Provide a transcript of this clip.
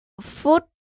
Foot